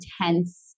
intense